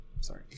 sorry